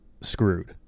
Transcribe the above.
screwed